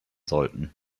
sollten